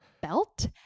belt